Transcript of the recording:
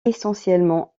essentiellement